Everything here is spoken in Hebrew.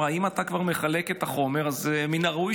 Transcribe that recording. היא אמרה: אם אתה כבר מחלק את החומר,